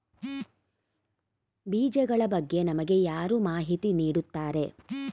ಬೀಜಗಳ ಬಗ್ಗೆ ನಮಗೆ ಯಾರು ಮಾಹಿತಿ ನೀಡುತ್ತಾರೆ?